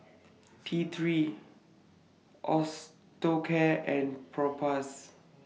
T three Osteocare and Propass